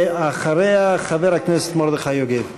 ואחריה, חבר הכנסת מרדכי יוגב.